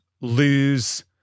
lose